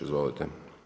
Izvolite.